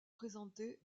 présenté